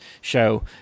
show